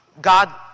God